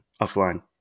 offline